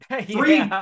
Three